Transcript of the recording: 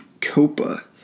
COPA